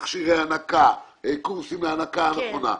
מכשירי הנקה, קורסים להנקה נכונה.